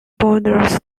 borders